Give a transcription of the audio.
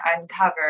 Uncover